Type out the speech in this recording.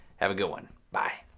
have a good one. bye.